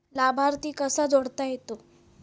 लाभार्थी कसा जोडता येता?